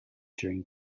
during